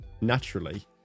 naturally